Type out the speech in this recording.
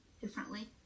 differently